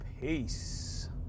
Peace